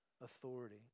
authority